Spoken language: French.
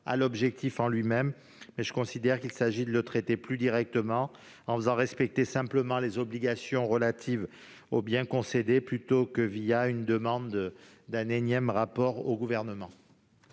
à cet objectif en tant que tel, mais je considère qu'il s'agit de le traiter plus directement en faisant respecter les obligations relatives aux biens concédés plutôt qu'en demandant un énième rapport au Gouvernement.